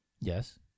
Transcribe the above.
Yes